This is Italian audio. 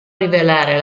rivelare